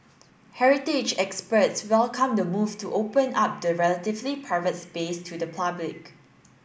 heritage experts welcomed the move to open up the relatively private space to the public